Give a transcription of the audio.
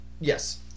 Yes